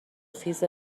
خیز